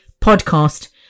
podcast